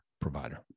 provider